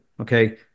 okay